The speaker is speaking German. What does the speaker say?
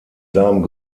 seinem